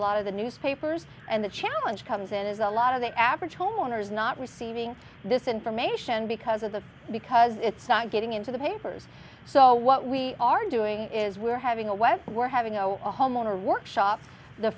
lot of the newspapers and the challenge comes in is a lot of the average homeowner is not receiving this information because of that because it's not getting into the papers so what we are doing is we're having a web we're having no a homeowner workshop the